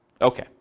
Okay